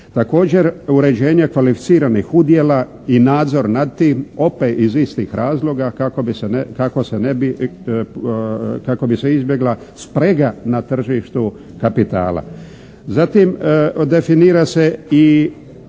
Također uređenje kvalificiranih udjela i nadzor nad tim, opet iz istih razloga kako se ne bi, kako bi se izbjegla sprega na tržištu kapitala. Zatim definira se